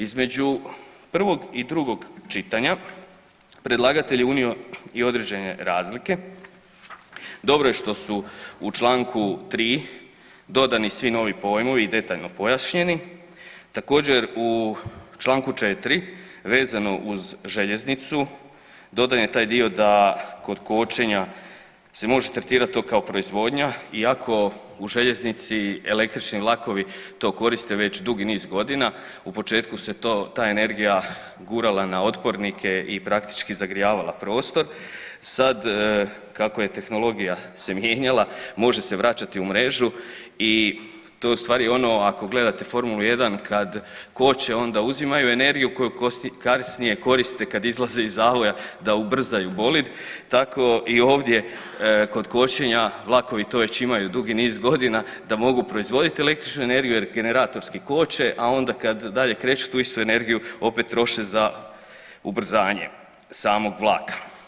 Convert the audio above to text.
Između prvog i drugog čitanja predlagatelj je unio i određene razlike, dobro je što su u čl. 3. dodani svi novi pojmovi i detaljno pojašnjeni, također u čl. 4. vezano uz željeznicu dodan je taj dio da kod kočenja se može tretirat to kao proizvodnja iako u željeznici električni vlakovi to koriste već dugi niz godina u početku se ta energija gurala na otpornike i praktički zagrijavala prostor, sada kako se tehnologija mijenjala može se vraćati u mrežu i to je ustvari ono ako gledate Formulu 1 kad koče onda uzimaju energiju koju kasnije koriste kad izlaze iz zavoda da ubrzaju bolid, tako i ovdje kod kočenja vlakovi to već imaju dugi niz godina da mogu proizvodit električnu energiju jer generatorski koče, a onda kad dalje kreću tu istu energiju opet troše za ubrzanje samog vlaka.